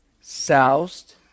Soused